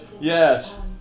Yes